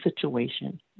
situation